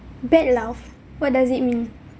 bad laugh what does it mean